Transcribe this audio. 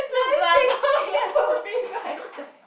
nine sixteen told me